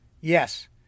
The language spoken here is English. Yes